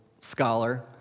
scholar